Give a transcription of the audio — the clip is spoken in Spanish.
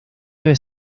debe